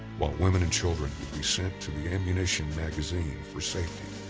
while women and children would be sent to the ammunition magazine for safety.